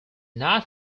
not